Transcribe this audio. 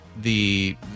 the-